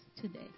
today